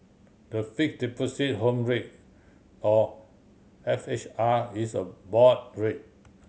the Fixed Deposit Home Rate or F H R is a board rate